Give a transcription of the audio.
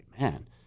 man